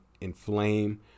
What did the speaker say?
inflame